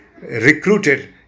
recruited